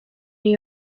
new